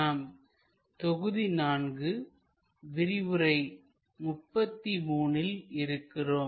நாம் தொகுதி 4 விரிவுரை 33 ல் இருக்கிறோம்